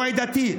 לא עדתי,